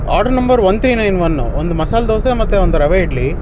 order number one three nine one ಒಂದು ಮಸಾಲೆ ದೋಸೆ ಮತ್ತು ಒಂದು ರವೆ ಇಡ್ಲಿ